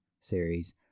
series